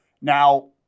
Now